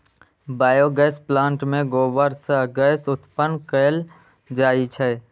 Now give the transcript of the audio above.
biogas plant मे गोबर सं गैस उत्पन्न कैल जाइ छै